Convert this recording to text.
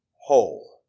whole